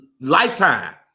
lifetime